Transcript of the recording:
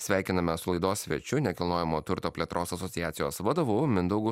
sveikinamės su laidos svečiu nekilnojamo turto plėtros asociacijos vadovu mindaugu